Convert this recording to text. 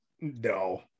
No